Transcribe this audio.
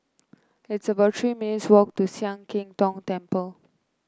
it's about Three minutes' walk to Sian Keng Tong Temple